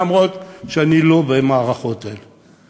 למרות שאני לא במערכות האלה.